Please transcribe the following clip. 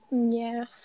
Yes